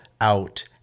out